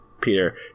Peter